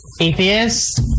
Atheist